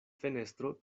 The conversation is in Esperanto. fenestro